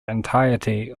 entirety